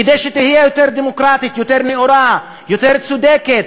כדי שתהיה יותר דמוקרטית, יותר נאורה, יותר צודקת.